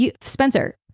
Spencer